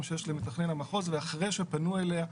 שיש למתכנן המחוז ואחרי שפנו אליהם.